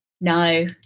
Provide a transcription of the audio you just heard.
No